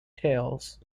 tales